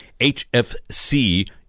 HFC